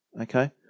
okay